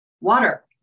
Water